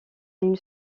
une